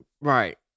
Right